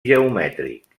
geomètric